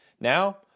Now